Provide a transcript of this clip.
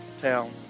town